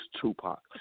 Tupac